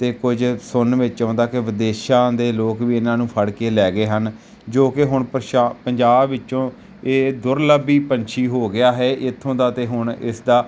ਅਤੇ ਕੁਝ ਸੁਣਨ ਵਿੱਚ ਆਉਂਦਾ ਕਿ ਵਿਦੇਸ਼ਾਂ ਦੇ ਲੋਕ ਵੀ ਇਹਨਾਂ ਨੂੰ ਫੜ ਕੇ ਲੈ ਗਏ ਹਨ ਜੋ ਕਿ ਹੁਣ ਪਛਾ ਪੰਜਾਬ ਵਿੱਚੋਂ ਇਹ ਦੁਰਲੱਭੀ ਪੰਛੀ ਹੋ ਗਿਆ ਹੈ ਇੱਥੋਂ ਦਾ ਅਤੇ ਹੁਣ ਇਸ ਦਾ